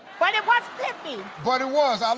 but it was pithy. but it was. um